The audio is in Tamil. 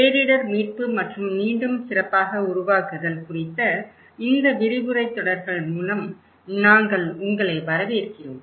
பேரிடர் மீட்பு மற்றும் மீண்டும் சிறப்பாக உருவாக்குதல் குறித்த இந்த விரிவுரைத் தொடர்கள் மூலம் நாங்கள் உங்களை வரவேற்கிறோம்